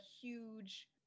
huge